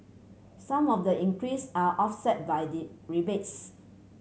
some of the increase are offset by the rebates